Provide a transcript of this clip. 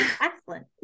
Excellent